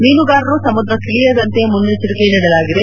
ಮೀನುಗಾರರು ಸಮುದ್ರಕ್ನಿ ಳಿಯದಂತೆ ಮುನ್ನೆಚ್ಚರಿಕೆ ನೀಡಲಾಗಿದೆ